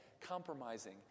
compromising